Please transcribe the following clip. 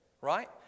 right